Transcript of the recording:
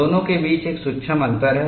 दोनों के बीच एक सूक्ष्म अंतर है